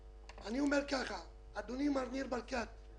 אדוני מר ניר ברקת,